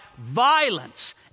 violence